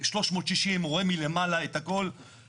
נפתלי מנתניה ואיילת מתל אביב,